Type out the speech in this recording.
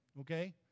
okay